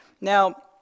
Now